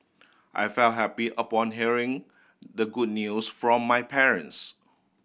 I felt happy upon hearing the good news from my parents